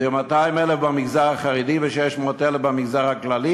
200,000 במגזר החרדי ו-600,000 במגזר הכללי.